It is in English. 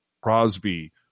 Crosby